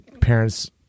parents